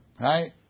right